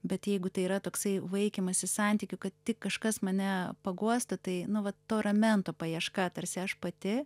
bet jeigu tai yra toksai vaikymasis santykių kad tik kažkas mane paguostų tai nu vat to ramento paieška tarsi aš pati